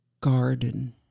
garden